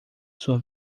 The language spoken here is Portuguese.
sua